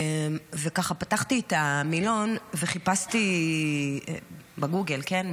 פתחתי את המילון, בגוגל, כן?